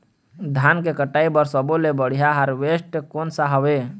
धान के कटाई बर सब्बो ले बढ़िया हारवेस्ट कोन सा हवए?